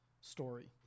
story